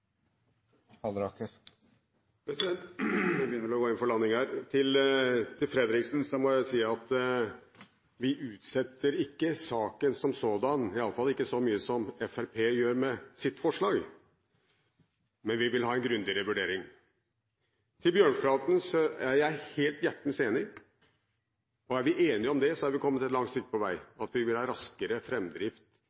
begynner vel å gå inn for landing her. Til Fredriksen må jeg si at vi utsetter ikke saken som sådan – i alle fall ikke så mye som Fremskrittspartiet gjør med sitt forslag – men vi vil ha en grundigere vurdering. Til Bjørnflaten: Jeg er helt hjertens enig, og er vi enige om det, er vi